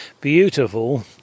beautiful